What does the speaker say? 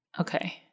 Okay